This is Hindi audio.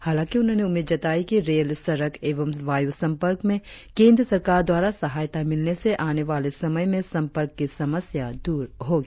हालाकि उन्होंने उम्मीद जताई कि रेल सड़क एवं वायु संपर्क में केंद्र सरकार द्वारा सहायता मिलने से आने वाले समय में संपर्क की समस्या दूर होगी